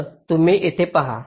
तर तुम्ही इथे पहा